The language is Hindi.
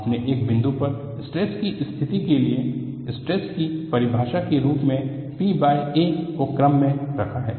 आपने एक बिंदु पर स्ट्रेस की स्थिति के लिए स्ट्रेस की परिभाषा के रूप मे PA को क्रम मे रखा है